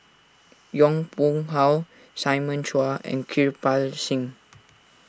Yong Pung How Simon Chua and Kirpal Singh